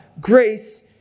grace